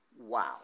wow